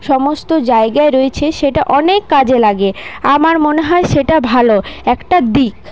সমস্ত জায়গায় রয়েছে সেটা অনেক কাজে লাগে আমার মনে হয় সেটা ভালো একটা দিক